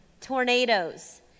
Tornadoes